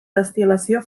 destil·lació